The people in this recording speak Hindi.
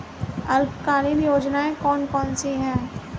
अल्पकालीन योजनाएं कौन कौन सी हैं?